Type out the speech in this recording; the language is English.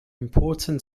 important